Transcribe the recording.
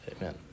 Amen